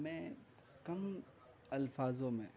میں کم الفاظ میں